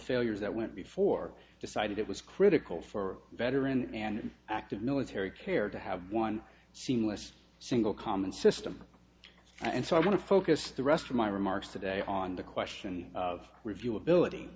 failures that went before decided it was critical for veteran and active military care to have one seamless single common system and so i want to focus the rest of my remarks today on the question of review ability